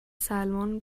سلمان